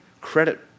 credit